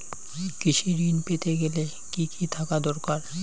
কৃষিঋণ পেতে গেলে কি কি থাকা দরকার?